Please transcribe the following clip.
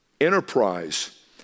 enterprise